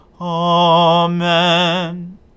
Amen